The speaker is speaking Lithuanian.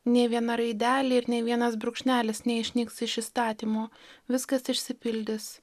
nei viena raidelė ir nei vienas brūkšnelis neišnyks iš įstatymo viskas išsipildys